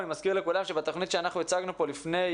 אני מזכיר לכולם שבתוכנית שאנחנו הצגנו פה לפני,